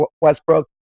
Westbrook